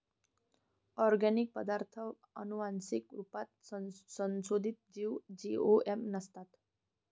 organic पदार्ताथ आनुवान्सिक रुपात संसोधीत जीव जी.एम.ओ नसतात